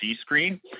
screen